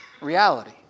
reality